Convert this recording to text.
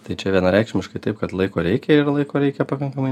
tai čia vienareikšmiškai taip kad laiko reikia ir laiko reikia pakankamai